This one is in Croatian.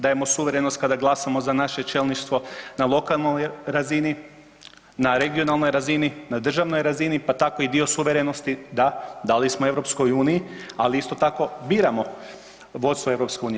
Dajemo suverenost kada glasamo za naše čelništvo na lokalnoj razini, na regionalnoj razini, na državnoj razini pa tako i dio suverenosti dali smo EU, ali isto tako biramo vodstvo EU.